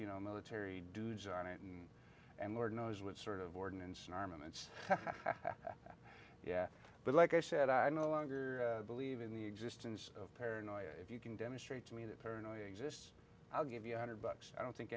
you know military duties on it and lord knows what sort of ordinance and armaments but like i said i no longer believe in the existence of paranoia if you can demonstrate to me that paranoia exists i'll give you a hundred bucks i don't think